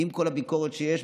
עם כל הביקורת שיש,